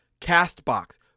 CastBox